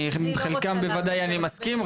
עם חלקם אני מסכים.